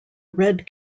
red